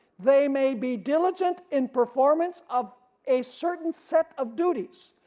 they may be diligent in performance of a certain set of duties,